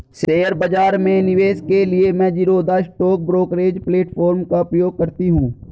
share बाजार में निवेश के लिए मैं ज़ीरोधा स्टॉक ब्रोकरेज प्लेटफार्म का प्रयोग करती हूँ